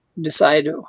decide